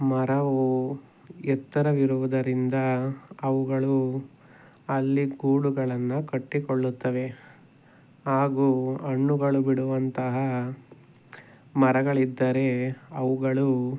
ಮರವೂ ಎತ್ತರವಿರುವುದರಿಂದ ಅವುಗಳು ಅಲ್ಲಿ ಗೂಡುಗಳನ್ನು ಕಟ್ಟಿಕೊಳ್ಳುತ್ತವೆ ಹಾಗೂ ಹಣ್ಣುಗಳು ಬಿಡುವಂತಹ ಮರಗಳಿದ್ದರೆ ಅವುಗಳು